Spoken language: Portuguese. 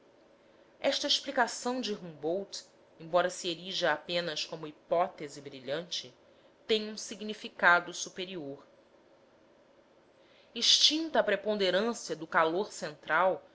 esta explicação de humboldt embora se erija apenas como hipótese brilhante tem um significado superior extinta a preponderância do calor central